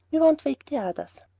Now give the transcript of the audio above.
we won't wake the others.